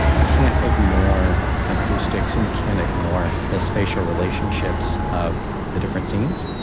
you can't ignore acoustics, and you can't ignore the spatial relationships of the different scenes.